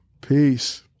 Peace